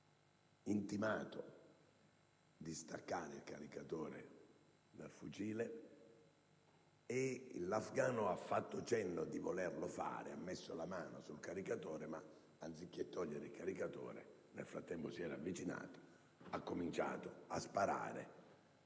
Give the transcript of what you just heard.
hanno intimato di estrarre il caricatore dal fucile. L'afgano ha fatto cenno di volerlo fare, ha messo la mano sul caricatore, ma anziché toglierlo, nel frattempo si è avvicinato e ha cominciato a sparare,